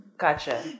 Gotcha